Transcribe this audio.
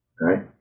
right